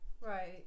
Right